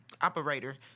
operator